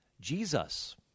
Jesus